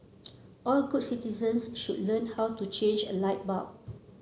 all good citizens should learn how to change a light bulb